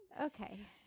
Okay